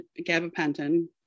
gabapentin